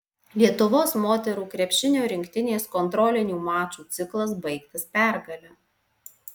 lietuvos moterų krepšinio rinktinės kontrolinių mačų ciklas baigtas pergale